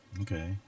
Okay